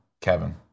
Kevin